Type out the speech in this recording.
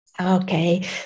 Okay